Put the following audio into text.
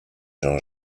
jean